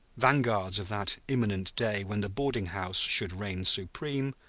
vanguards of that imminent day when the boarding-house should reign supreme,